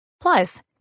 Plus